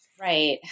Right